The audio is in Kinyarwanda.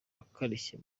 akarishye